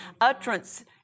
Utterance